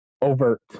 overt